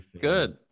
good